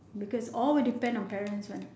because all will depend on parents [one]